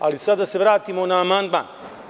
Sada da se vratimo na amandman.